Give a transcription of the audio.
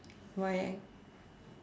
why eh